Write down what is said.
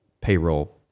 payroll